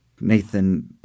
Nathan